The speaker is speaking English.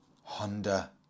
Honda